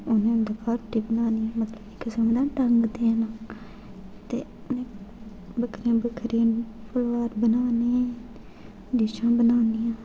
उ'नें उं'दे घर रुट्टी बनानी मतलब इक किस्म दा डंग्ग देना ते बक्खरिया बक्खरिया फलवार बनाने डिशां बनानियां